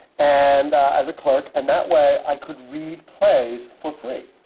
and as a clerk, and that way i could read plays for free.